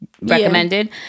recommended